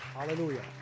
Hallelujah